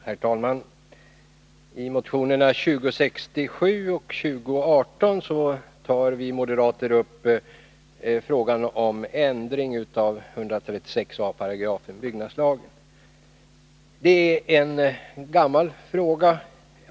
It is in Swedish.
Herr talman! I motionerna 2067 och 2018 tar vi moderater upp frågan om ändring av 136 a § byggnadslagen. Det är en gammal fråga.